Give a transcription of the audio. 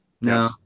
No